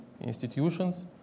institutions